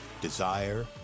desire